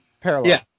parallel